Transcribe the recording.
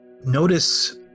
notice